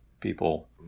people